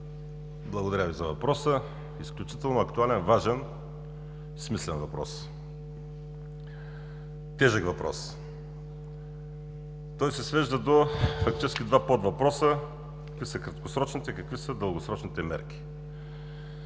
благодаря Ви за въпроса. Изключително актуален, важен, смислен въпрос – тежък въпрос! Той се свежда фактически до два подвъпроса: какви са краткосрочните, какви са дългосрочните мерки?